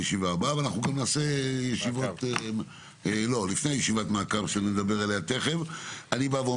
אני אגיד סיכום מהיר מאוד.